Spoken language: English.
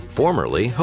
formerly